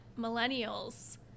millennials